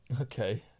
Okay